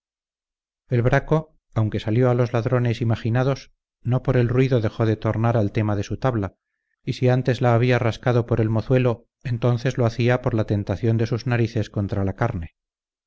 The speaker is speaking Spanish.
el braco aunque salió a los ladrones imaginados no por el ruido dejó de tornar a la tema de su tabla y si antes la había rascado por el mozuelo entonces lo hacía por la tentación de sus narices contra la carne